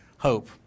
Hope